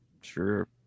sure